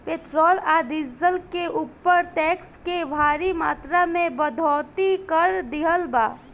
petrol आ diesel के ऊपर टैक्स के भारी मात्रा में बढ़ोतरी कर दीहल बा